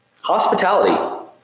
Hospitality